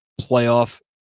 Playoff